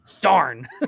darn